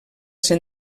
ser